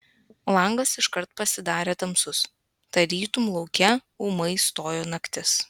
langas iškart pasidarė tamsus tarytum lauke ūmai stojo naktis